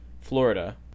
Florida